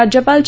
राज्यपाल चे